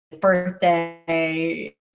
birthday